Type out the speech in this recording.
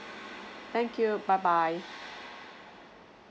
thank you bye bye